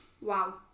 wow